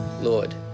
Lord